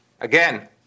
Again